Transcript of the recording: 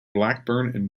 blackburn